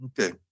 Okay